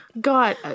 God